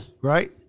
Right